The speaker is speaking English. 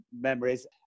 memories